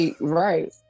right